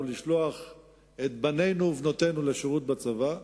לשלוח את בנינו ובנותינו לשירות בצבא,